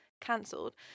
cancelled